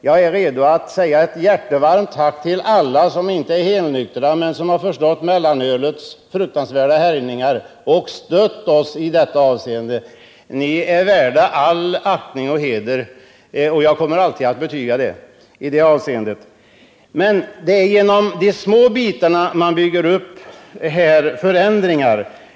Jag är redo att säga ett jättevarmt tack till alla som inte är helnyktra men som har förstått mellanölets fruktansvärda härjningar och stött oss i detta avseende. Ni är värda all aktning och heder. Jag kommer alltid att betyga detta. Det är genom de små bitarna som man bygger upp förändringar.